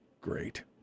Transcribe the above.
great